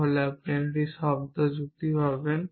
তবে আপনি এটি একটি শব্দ যুক্তি পাবেন